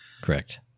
Correct